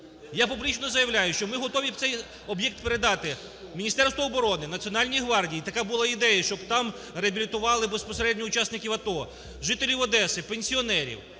Я публічно заявляю, що ми готові цей об'єкт передати Міністерству оборони, Національній гвардії, така була ідея, щоб там реабілітували безпосередньо учасників АТО, жителів Одеси, пенсіонерів.